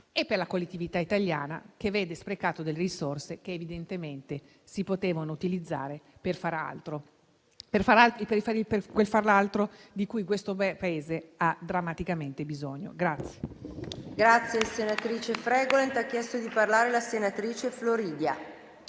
e per la collettività italiana, che vede sprecate risorse che evidentemente si potevano utilizzare per far altro, di cui questo Paese ha drammaticamente bisogno.